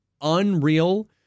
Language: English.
unreal